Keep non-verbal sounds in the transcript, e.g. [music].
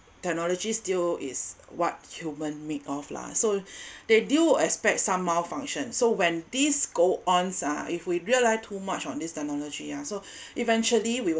technology still is what human made of lah so [breath] they do expect some malfunction so when these go on s~ ah if we rely too much on this technology ah [breath] so eventually we'll